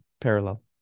parallel